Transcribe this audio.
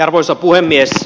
arvoisa puhemies